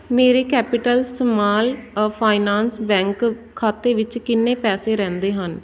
ਮੇਰੇ capital small ਅ finance bank ਖਾਤੇ ਵਿੱਚ ਕਿੰਨੇ ਪੈਸੇ ਰਹਿੰਦੇ ਹਨ